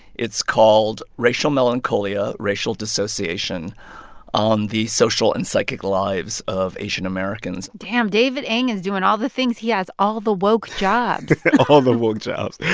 it's called racial melancholia, racial dissociation on the social and psychic lives of asian americans. damn. david eng is doing all the things. he has all the woke jobs all the woke jobs,